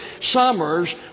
summers